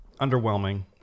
Underwhelming